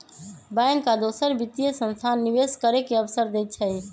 bank आ दोसर वित्तीय संस्थान निवेश करे के अवसर देई छई